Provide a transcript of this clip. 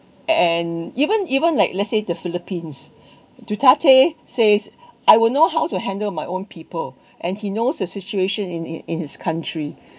and even even like let's say the philippines duterte says I will know how to handle my own people and he knows the situation in in his country